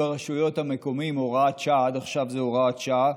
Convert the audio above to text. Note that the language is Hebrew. ברשויות המקומיות (הוראת שעה) עד עכשיו זאת הוראת שעה,